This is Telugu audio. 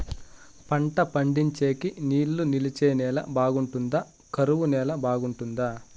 పంట పండించేకి నీళ్లు నిలిచే నేల బాగుంటుందా? కరువు నేల బాగుంటుందా?